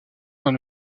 d’un